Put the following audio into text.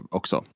Också